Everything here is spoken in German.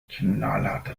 knallharter